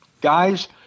guys